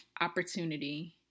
opportunity